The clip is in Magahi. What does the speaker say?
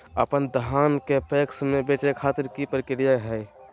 अपन धान के पैक्स मैं बेचे खातिर की प्रक्रिया हय?